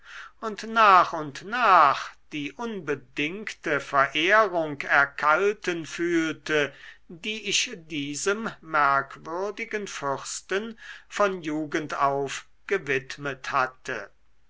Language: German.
und nach und nach die unbedingte verehrung erkalten fühlte die ich diesem merkwürdigen fürsten von jugend auf gewidmet hatte